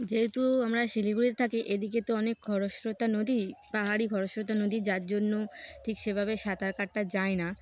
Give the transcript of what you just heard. যেহেতু আমরা শিলিগুড়িতে থাকি এদিকে তো অনেক খরস্রোতা নদী পাহাড়ি খরস্রোতা নদী যার জন্য ঠিক সেভাবে সাঁতার কাটা যায় না